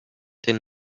den